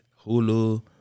Hulu